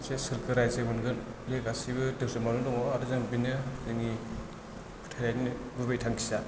मोनसे सोर्गो राज्यो मोनगोन बे गासैबो दोरोमावनो दङ आरो जों बेनो जोंनि फोथायनायनि गुबै थांखिया